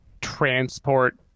transport